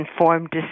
informed